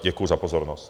Děkuji za pozornost.